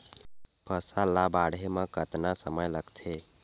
फसल ला बाढ़े मा कतना समय लगथे?